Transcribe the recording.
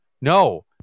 no